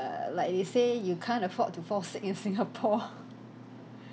err like they say you can't afford to fall sick in singapore